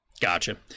Gotcha